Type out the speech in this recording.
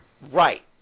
Right